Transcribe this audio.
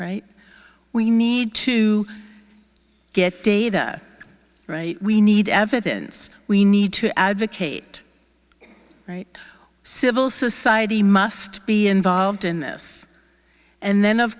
right we need to get data right we need evidence we need to advocate right civil society must be involved in this and then of